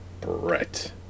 Brett